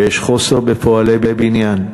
ויש חוסר בפועלי בניין,